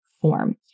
form